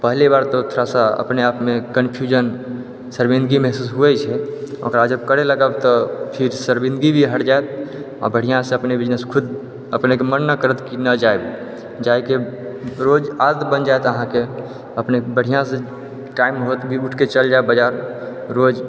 पहली बार तऽ थोड़ा सा अपने आप मे कन्फ्यूजन शर्मिन्दगी महसूस होइ छै ओकरा जब करै लागब तब फिर शर्मिन्दगी भी हटि जायत आओर बढ़िऑं सँ अपने बिजनेस खुद अपने के मन ने करत कि नही जायब जाइ के रोज आदत बनि जायत अहाँके अपने बढ़िऑं से काम होत भी उठ के चलि जायब बजार रोज